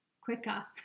quicker